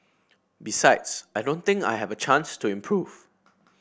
besides I don't think I have a chance to improve